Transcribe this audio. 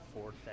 fourth